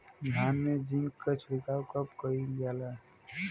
धान में जिंक क छिड़काव कब कइल जाला?